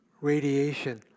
radiation